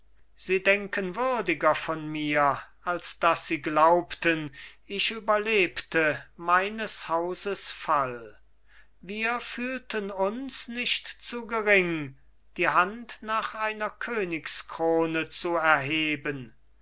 sie denken würdiger von mir als daß sie glaubten ich überlebte meines hauses fall wir fühlten uns nicht zu gering die hand nach einer königskrone zu erheben